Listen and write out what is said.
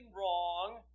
wrong